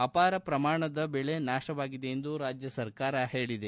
ಅಪಾರ ಪ್ರಮಾಣದ ಬೆಳೆ ನಾಶವಾಗಿದೆ ಎಂದು ರಾಜ್ಯ ಸರ್ಕಾರ ಹೇಳಿದೆ